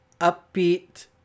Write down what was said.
upbeat